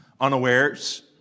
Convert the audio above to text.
unawares